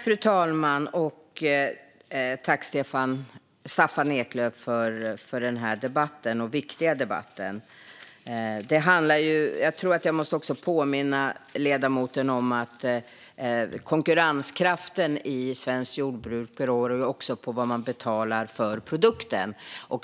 Fru talman! Jag tackar Staffan Eklöf för denna viktiga debatt. Jag tror att jag måste påminna ledamoten om att konkurrenskraften i svenskt jordbruk också beror på vad man betalar för produkten.